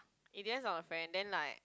it depends on the friend then like